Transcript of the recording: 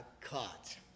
caught